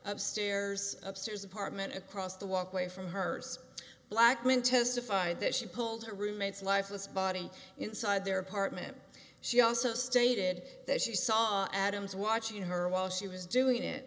upstairs upstairs apartment across the walkway from her first blackman testified that she pulled her roommate's lifeless body inside their apartment she also stated that she saw adams watching her while she was doing it